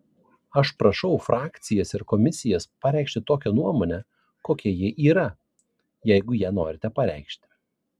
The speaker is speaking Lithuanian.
aš prašau frakcijas ir komisijas pareikšti tokią nuomonę kokia ji yra jeigu ją norite pareikšti